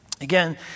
Again